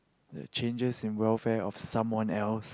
like changes in welfare of someone else